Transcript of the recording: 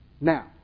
Now